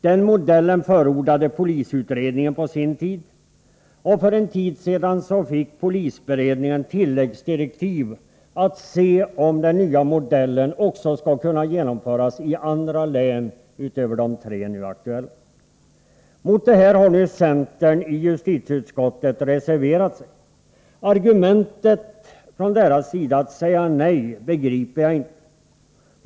Den modellen förordade polisutredningen på sin tid, och för en tid sedan fick polisberedningen i tilläggsdirektiv att undersöka, om den nya modellen också skulle kunna genomföras i ytterligare län utöver de tre nu aktuella. Mot detta har nu centern reserverat sig i justitieutskottet. Argumentet från reservanternas sida för att säga nej begriper jag inte.